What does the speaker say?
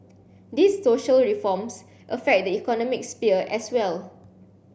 these social reforms affect the economic sphere as well